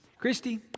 Christy